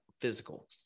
physical